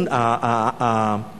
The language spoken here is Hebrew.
הרמב"ן עונה על זה באריכות בפרשה שלנו.